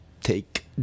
take